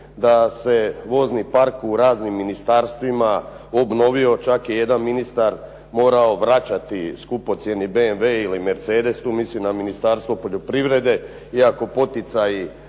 da se vozni park u raznim ministarstvima obnovio, čak je jedan ministar morao vraćati skupocjeni BMW ili Mercedes, tu mislim na Ministarstvo poljoprivrede iako poticaji